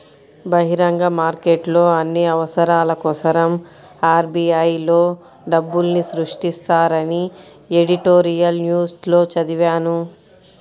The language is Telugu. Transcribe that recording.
బహిరంగ మార్కెట్లో అన్ని అవసరాల కోసరం ఆర్.బి.ఐ లో డబ్బుల్ని సృష్టిస్తారని ఎడిటోరియల్ న్యూస్ లో చదివాను